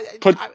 Put